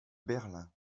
berlin